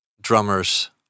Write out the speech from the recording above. drummers